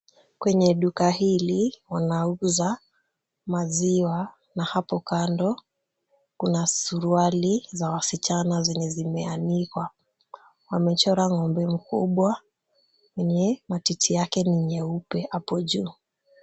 Kwenye duka hili, wanauza maziwa na hapo kando kuna suruali za wasichana zenye zimeanikwa. Wamechora ng'ombe mkubwa, mwenye matiti yake ni nyeupe hapo juu.